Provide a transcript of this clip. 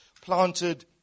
planted